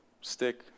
stick